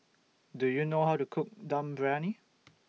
Do YOU know How to Cook Dum Briyani